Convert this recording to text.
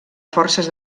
forces